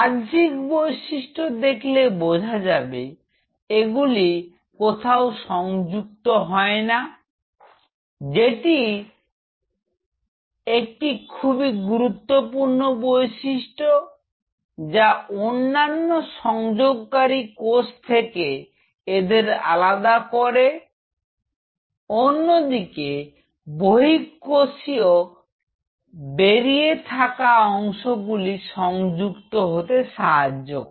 বাহ্যিক বৈশিষ্ট্য দেখলে বোঝা যাবে এগুলি কোথাও সংযুক্ত হয় না যেটি একটি খুবই গুরুত্বপূর্ণ বৈশিষ্ট্য যা অন্যান্য সংযোগকারী কোষ থেকে এদের আলাদা করে অন্যদিকে বহিঃকোষীয় বেরিয়ে থাকা অংশগুলি সংযুক্ত হতে সাহায্য করে